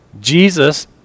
Jesus